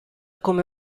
come